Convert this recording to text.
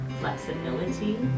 flexibility